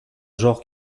genres